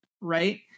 right